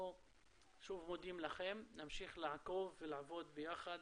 אנחנו שוב מודים לכם, נמשיך לעקוב ולעבוד ביחד